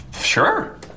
Sure